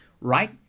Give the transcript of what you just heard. right